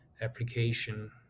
application